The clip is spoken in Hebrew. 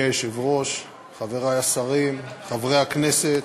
אדוני היושב-ראש, חברי השרים, חברי הכנסת,